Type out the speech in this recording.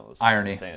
Irony